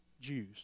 Jews